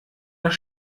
das